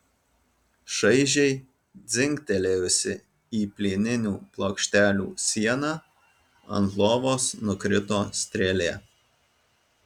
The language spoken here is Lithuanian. šaižiai dzingtelėjusi į plieninių plokštelių sieną ant lovos nukrito strėlė